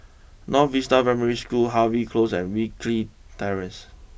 North Vista Primary School Harvey close and Wilkie Terrace